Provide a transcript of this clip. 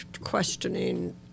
questioning